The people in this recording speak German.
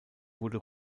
wurde